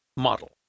Model